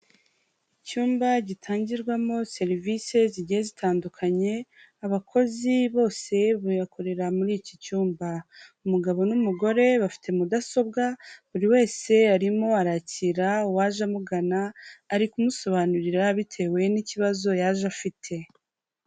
Icyumba gitangirwamo serivisi zigiye zitandukanye, abakozi bose bakorera muri iki cyumba. Umugabo n'umugore bafite mudasobwa, buri wese arimo arakira uwaje amugana, ari kumusobanurira bitewe n'ikibazo yaje afite.